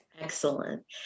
Excellent